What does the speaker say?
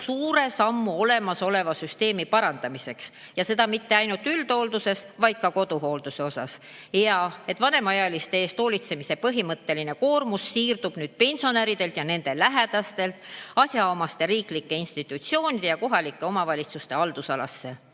suure sammu olemasoleva süsteemi parandamiseks. Seda mitte ainult üldhoolduse, vaid ka koduteenuste osas. Hea, et vanemaealiste eest hoolitsemise põhiline koormus siirdub nüüd pensionäridelt ja nende lähedastelt asjaomaste riiklike institutsioonide ja KOV‑ide haldusalasse.